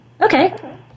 Okay